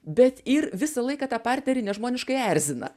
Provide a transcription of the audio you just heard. bet ir visą laiką tą partnerį nežmoniškai erzina